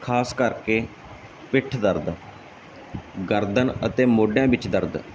ਖਾਸ ਕਰਕੇ ਪਿੱਠ ਦਰਦ ਗਰਦਨ ਅਤੇ ਮੋਢਿਆਂ ਵਿੱਚ ਦਰਦ